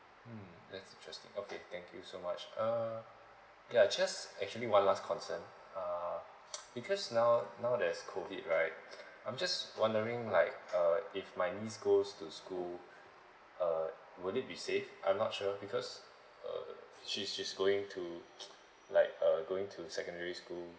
mm that's interesting okay thank you so much uh yeah just actually one last concern uh because now now there is COVID right I'm just wondering like uh if my niece goes to school uh would it be save I'm not sure because uh she she's going to like uh going to secondary school